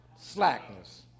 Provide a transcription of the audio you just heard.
slackness